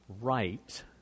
right